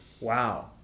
Wow